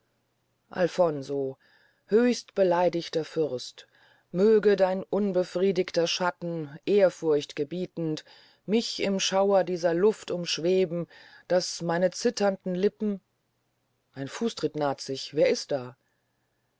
alfonso höchstbeleidigter fürst möge dein unbefriedigter schatten ehrfurcht gebietend mich im schauer dieser luft umschweben daß meine zitternden lippen ein fußtritt naht sich wer ist da